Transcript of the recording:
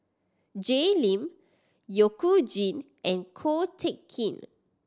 Jay Lim You Jin and Ko Teck Kin